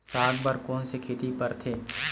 साग बर कोन से खेती परथे?